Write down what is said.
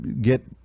get